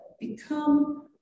become